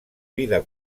vida